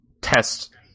test